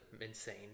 insane